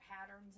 patterns